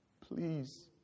please